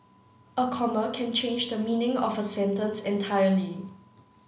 a comma can change the meaning of a sentence entirely